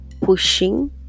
pushing